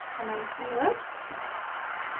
and then some lips.